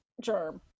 germ